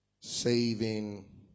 saving